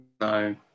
No